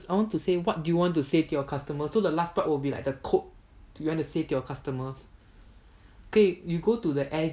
I want to say what do you want to say to your customers so the last part will be like the quote you want to say to your customers okay you go to the end